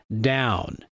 down